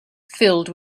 filled